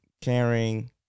caring